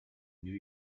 new